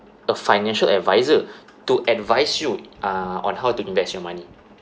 a financial advisor to advise you uh on how to invest your money